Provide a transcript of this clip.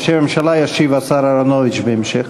בשם הממשלה ישיב השר אהרונוביץ, בהמשך.